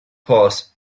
passed